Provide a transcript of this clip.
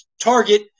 target